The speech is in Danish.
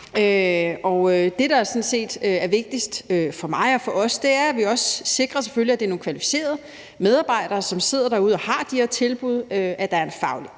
set er vigtigst for mig og for os, er, at vi selvfølgelig også sikrer, at det er nogle kvalificerede medarbejdere, som sidder derude og har de her tilbud, at der er en faglig